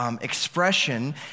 Expression